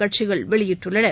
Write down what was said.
கட்சிகள் வெளியிட்டுள்ளன